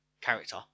character